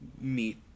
meet